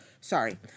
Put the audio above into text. Sorry